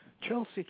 Chelsea